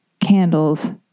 Candles